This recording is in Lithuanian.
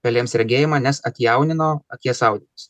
pelėms regėjimą nes atjaunino akies audinius